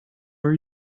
are